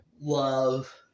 love